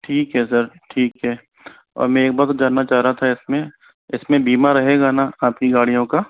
ठीक है सर ठीक है और मैं एक बात और जानना चाह रहा था इसमें इसमें बीमा रहेगा न आपकी गाड़ियों का